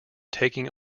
taking